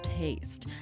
taste